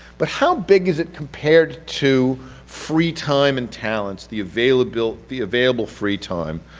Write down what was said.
but, how big is it compared to free time and talents, the available the available free time